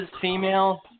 female